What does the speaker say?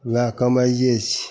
वएह कमाइए छिए